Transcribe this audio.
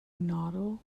nodal